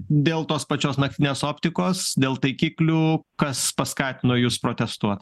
dėl tos pačios naktinės optikos dėl taikiklių kas paskatino jus protestuot